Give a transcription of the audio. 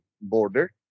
border